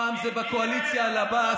פעם זה בקואליציה על עבאס,